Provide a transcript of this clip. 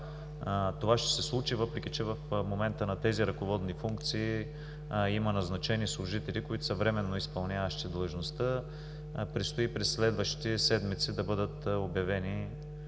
Това ще се случи, въпреки че в момента на тези ръководни функции има назначени служители, които са временно изпълняващи длъжността. През следващите седмици предстои да бъдат обявени